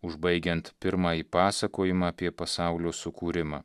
užbaigiant pirmąjį pasakojimą apie pasaulio sukūrimą